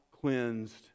cleansed